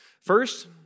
First